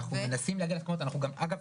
אנחנו מנסים להגיע ואגב,